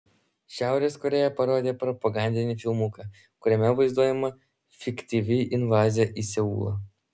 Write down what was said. šiaurės korėja parodė propagandinį filmuką kuriame vaizduojama fiktyvi invazija į seulą